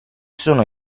sono